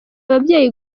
ababyeyi